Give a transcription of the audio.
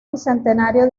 bicentenario